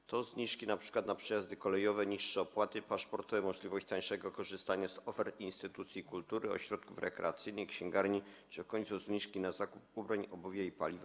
Są to zniżki np. na przejazdy kolejowe, niższe opłaty paszportowe, możliwość tańszego korzystania z ofert instytucji kultury, ośrodków rekreacyjnych, księgarni czy w końcu zniżki na zakup ubrań, obuwia i paliwa.